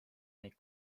neid